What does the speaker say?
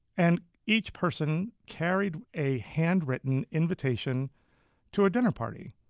and each person carried a handwritten invitation to a dinner party